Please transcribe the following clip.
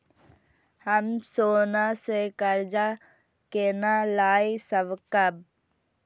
हम सोना से कर्जा केना लाय सकब?